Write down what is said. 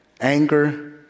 anger